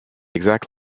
exact